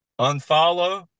unfollow